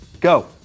Go